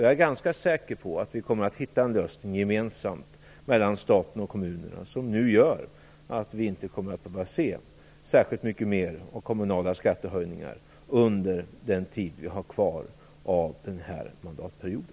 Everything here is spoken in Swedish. Jag är ganska säker på att vi i staten och kommunerna gemensamt kommer att hitta en lösning som gör att vi inte behöver se särskilt mycket mer av kommunala skattehöjningar under den tid vi har kvar av den här mandatperioden.